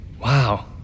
Wow